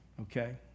okay